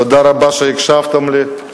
תודה רבה שהקשבתם לי.